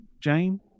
Jane